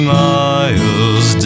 miles